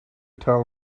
tell